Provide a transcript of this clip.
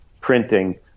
printing